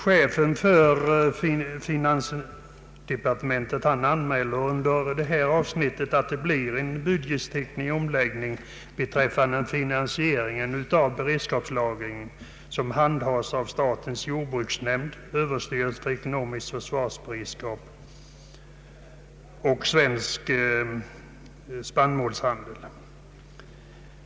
Chefen för finansdepartementet anmäler under detta avsnitt att en budgetomläggning kommer att göras beträffande finansieringen av den beredskapslagring som handhas av statens jordbruksnämnd, överstyrelsen för ekonomisk beredskap och Svensk spannmålshandel.